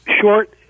short